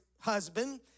husband